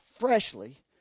freshly